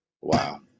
wow